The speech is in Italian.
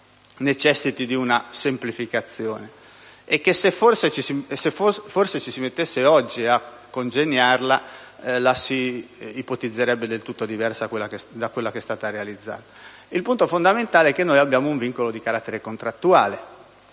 necessiti di una semplificazione e che, forse, se ci si mettesse oggi a congegnarla, la si ipotizzerebbe del tutto diversa da quella che è stata realizzata. Il punto fondamentale è che noi abbiamo un vincolo di carattere contrattuale,